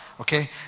Okay